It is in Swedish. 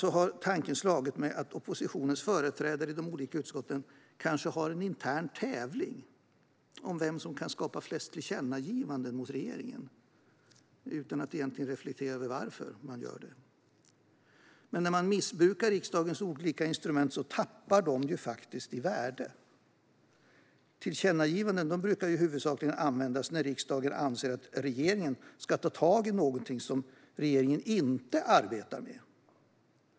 Ibland har tanken slagit mig att oppositionens företrädare i de olika utskotten kanske har en intern tävling om vem som kan skapa flest tillkännagivanden mot regeringen utan att egentligen reflektera över varför man gör det. När man missbrukar riksdagens olika instrument tappar de faktiskt i värde. Tillkännagivanden brukar i huvudsak användas när riksdagen anser att regeringen ska ta tag i något som regeringen inte arbetar med.